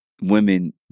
women